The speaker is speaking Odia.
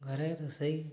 ଘରେ ରୋଷେଇ